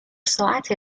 ساعت